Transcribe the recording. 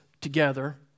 together